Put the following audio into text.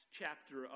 chapter